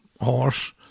horse